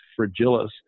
fragilis